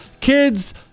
kids